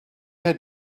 had